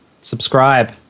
subscribe